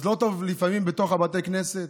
אז לא טוב לפעמים בתוך בתי הכנסת,